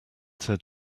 said